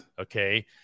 Okay